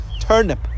Turnip